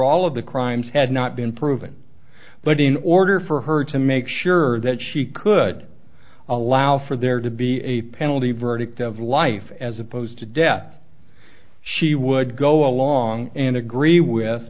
all of the crimes had not been proven but in order for her to make sure that she could allow for there to be a penalty verdict of life as opposed to death she would go along and agree with